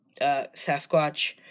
Sasquatch